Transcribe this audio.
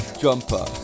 jumper